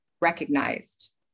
recognized